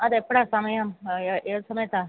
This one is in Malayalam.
അത് എപ്പോഴാണ് സമയം ആയാ ഏത് സമയത്താണ്